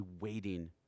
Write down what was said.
waiting